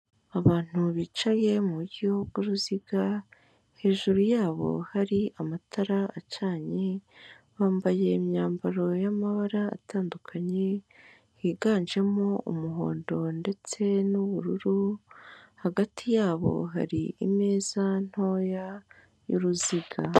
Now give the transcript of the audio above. Abantu bicaye mu buryo bw'uruziga, hejuru yabo hari amatara acanye, bambaye imyambaro y'amabara atandukanye, higanjemo umuhondo ndetse n'ubururu, hagati yabo hari imeza ntoya y'uruziga.